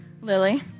Lily